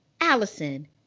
Allison